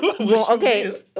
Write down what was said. Okay